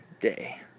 day